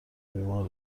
بیمار